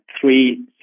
three